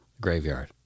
graveyard